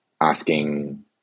asking